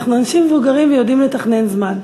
אנחנו אנשים מבוגרים ויודעים לתכנן זמן.